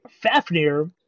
Fafnir